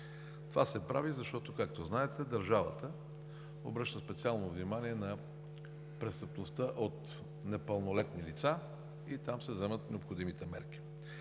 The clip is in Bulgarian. Това се прави, защото, както знаете, държавата обръща специално внимание на престъпността от непълнолетни лица и там се вземат необходимите мерки.